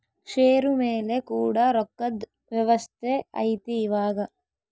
ಷೇರು ಮೇಲೆ ಕೂಡ ರೊಕ್ಕದ್ ವ್ಯವಸ್ತೆ ಐತಿ ಇವಾಗ